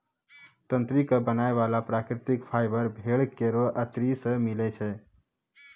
तंत्री क बनाय वाला प्राकृतिक फाइबर भेड़ केरो अतरी सें मिलै छै